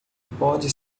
pode